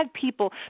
people